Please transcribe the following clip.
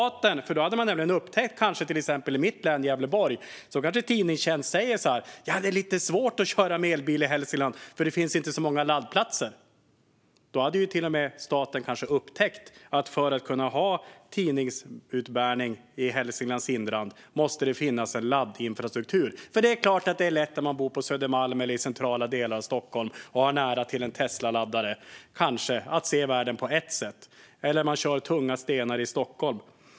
Då hade man kanske upptäckt att till exempel Tidningstjänst i mitt län Gävleborg skulle säga att det är lite svårt att köra med elbil i Hälsingland, för det finns inte så många laddplatser. Då hade till och med staten kanske upptäckt att det måste finnas en laddinfrastruktur för att man ska kunna ha tidningsutbärning i Hälsinglands inland. Det är klart att det är lätt att se världen på ett visst sätt, eller köra tunga stenar, när man bor på Södermalm eller i centrala delar av Stockholm och kanske har nära till en Teslaladdare.